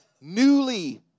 newly